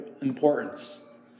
importance